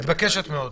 מתבקשת מאוד.